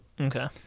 Okay